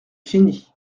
fini